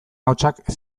ahotsak